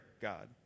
God